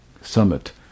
summit